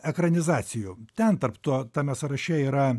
ekranizacijų ten tarp to tame sąraše yra